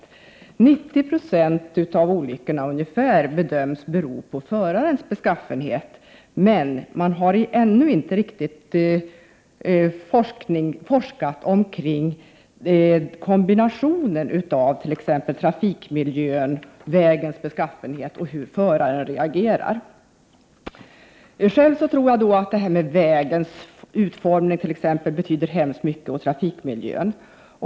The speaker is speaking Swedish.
Ungefär 90 20 av olyckorna bedöms bero på förarens beskaffenhet. Men man har ännu inte forskat kring kombinationen av t.ex. trafikmiljön, vägens beskaffenhet och hur föraren reagerar. Själv tror jag att vägens utformning betyder mycket för trafikmiljön.